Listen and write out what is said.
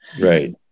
Right